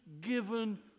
given